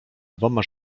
dwoma